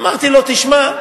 אמרתי לו: תשמע,